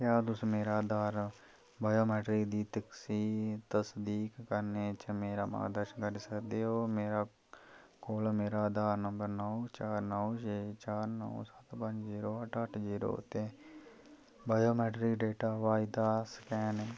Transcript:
क्या तुस मेरा आधार बायोमेट्रिक्स दी तसदीक करने च मेरा मार्गदर्शन करी सकदे ओ मेरे कोल मेरा आधार नंबर नौ चार नौ छे चार नौ सत्त पंज जीरो अट्ठ अट्ठ जीरो ते बायोमेट्रिक डेटा आवाज़ दा स्कैन ऐ